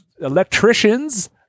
electricians